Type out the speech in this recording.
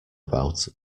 about